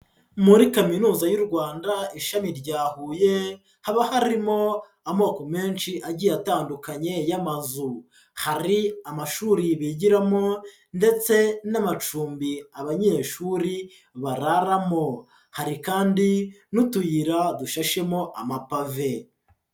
Muri Kaminuza y'u Rwanda ishami rya Huye, haba harimo amoko menshi agiye atandukanye y'amazu, hari amashuri bigiramo ndetse n'amacumbi abanyeshuri bararamo. Hari kandi n'utuyira dusheshemo amapave.